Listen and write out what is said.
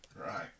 Right